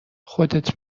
خودت